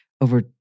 Over